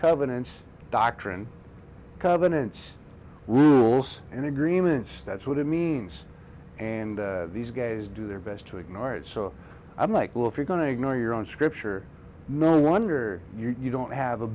covenants doctrine covenants rules and agreements that's what it means and these guys do their best to ignore it so i'm like well if you're going to ignore your own scripture no wonder you don't have a